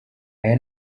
aya